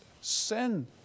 sin